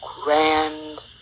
grand